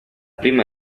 prima